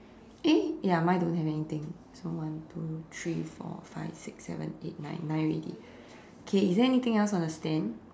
eh ya mine don't have anything so one two three four five six seven eight nine nine already K is there anything else on the stand